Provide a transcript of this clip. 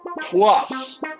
plus